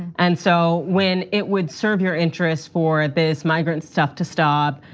and so when it would serve your interests for this migrant stuff to stop,